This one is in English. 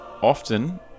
Often